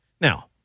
Now